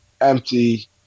empty